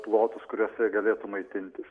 plotus kuriuose jie galėtų maitintis